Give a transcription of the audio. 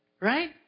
Right